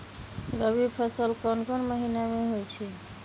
रबी फसल कोंन कोंन महिना में होइ छइ?